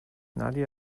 nadie